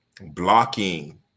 blocking